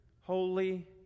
holy